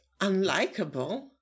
unlikable